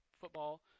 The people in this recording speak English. football